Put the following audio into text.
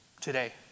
today